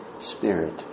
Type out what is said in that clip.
spirit